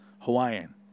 Hawaiian